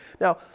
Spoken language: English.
Now